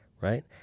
right